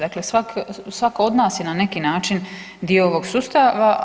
Dakle, svatko od nas je na neki način dio ovog sustava.